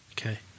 Okay